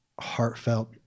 heartfelt